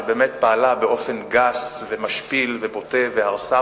שבאמת פעלה באופן גס ומשפיל ובוטה והרסה,